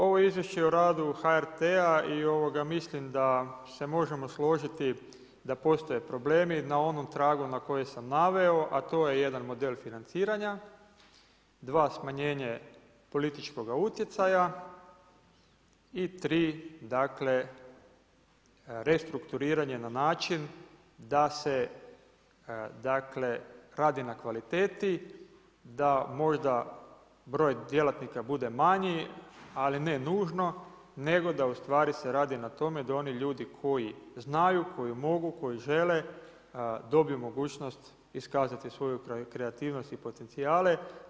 Ovo izvješće o radu HRT-a i mislim da se možemo složiti da postoje problemi na onom tragu na kojem sam naveo, a to je jedan model financiranja, dva smanjenje političkoga utjecaja i tri dakle restrukturiranje na način da se, dakle radi na kvaliteti, da možda broj djelatnika bude manji, ali ne nužno, nego da ustvari se radi na tome, da oni ljudi, koji znaju, koji mogu, koji žele, dobe mogućnost iskazati svoju kreativnost i potencijale.